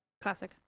Classic